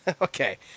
Okay